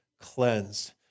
cleansed